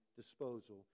disposal